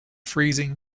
freezing